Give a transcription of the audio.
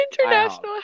International